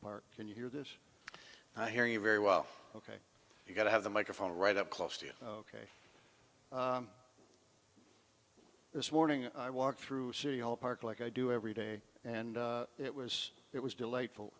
park can you hear this i hear you very well ok you've got to have the microphone right up close to you this morning i walked through city hall park like i do every day and it was it was delightful